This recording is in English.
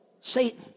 Satan